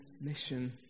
mission